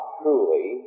truly